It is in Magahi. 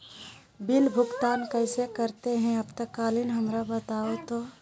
बिल भुगतान कैसे करते हैं आपातकालीन हमरा बताओ तो?